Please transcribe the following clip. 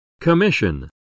Commission